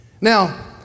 Now